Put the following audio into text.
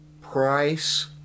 price